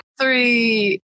three